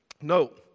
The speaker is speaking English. No